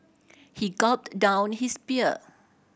he gulped down his beer